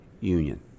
union